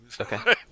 Okay